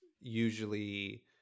usually